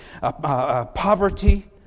Poverty